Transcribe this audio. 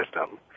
system